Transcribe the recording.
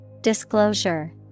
Disclosure